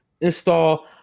install